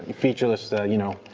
featureless, you know,